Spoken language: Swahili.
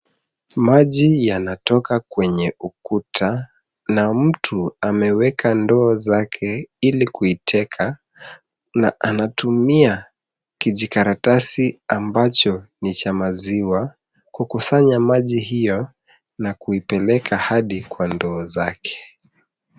Maji yanatoka kwenye ukuta na mtu ameweka ndoo zake ili kuiteka na anatumia kijikaratasi ambacho ni cha maziwa kukusanya maji hiyo na kuipeleka hadi kwa ndoo zake.